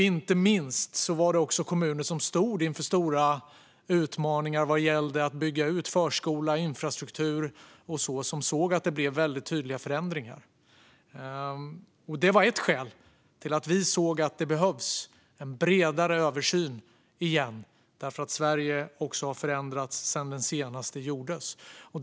Inte minst var det kommuner som stod inför stora utmaningar vad gällde att bygga ut förskola och infrastruktur som såg att det blev väldigt tydliga förändringar. Detta var ett skäl till att det behövdes en bredare översyn igen, för Sverige har förändrats sedan den senaste översynen gjordes.